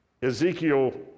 Ezekiel